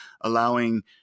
allowing